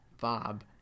bob